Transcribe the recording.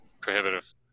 prohibitive